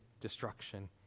destruction